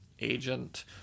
agent